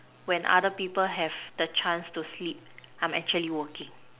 when other people have the chance to sleep I am actually working